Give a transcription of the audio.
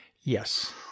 Yes